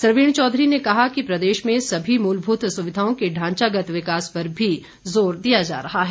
सरवीण चौधरी ने कहा कि प्रदेश में सभी मूलभूत सुविधाओं के ढांचागत विकास पर भी बल दिया जा रहा है